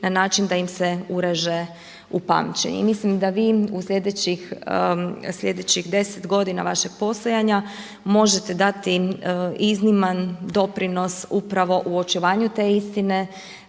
na način da im se ureže u pamćenje. I mislim da vi u slijedećih 10 godina vašeg postojanja možete dati izniman doprinos upravo u očuvanju te istine